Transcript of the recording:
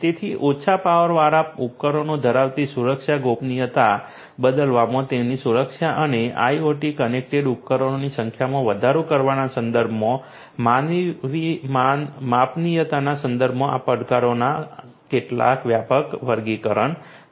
તેથી ઓછા પાવરવાળા ઉપકરણો ધરાવતી સુરક્ષા ગોપનીયતા બદલામાં તેમની સુરક્ષા અને IoT કનેક્ટેડ ઉપકરણોની સંખ્યામાં વધારો કરવાના સંદર્ભમાં માપનીયતાના સંદર્ભમાં આ પડકારોના આ કેટલાક વ્યાપક વર્ગીકરણ છે